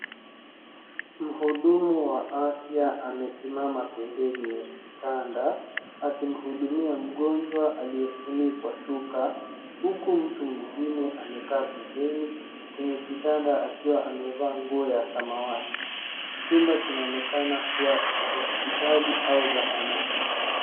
Mhudumu wa afya amesimama pembeni ya kitanda akimhudumia mgonjwa aliyefunikwa shuka huku mtu mwingine amekaa pembeni kwenye kitanda akiwa amevaa nguo ya samawati. Chumba kinaonekana kuwa cha hospitali au zahanati.